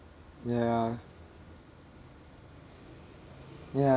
ya ya